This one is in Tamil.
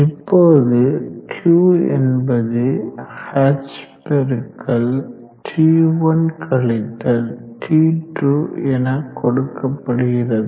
இப்போது q என்பது h பெருக்கல் T1 கழித்தல் T2 எனக் கொடுக்கப்படுகிறது